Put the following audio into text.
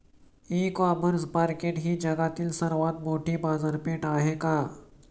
इ commerce market ही जगातील सर्वात मोठी बाजारपेठ आहे का?